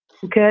Good